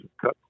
cut